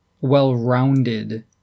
well-rounded